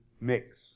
mix